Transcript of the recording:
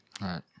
Right